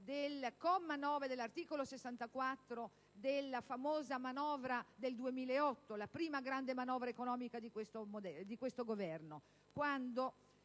del comma 9 dell'articolo 64 della famosa manovra del 2008, la prima grande manovra economica di questo Governo,